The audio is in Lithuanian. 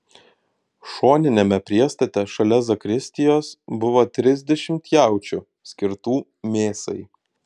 šoniniame priestate šalia zakristijos buvo trisdešimt jaučių skirtų mėsai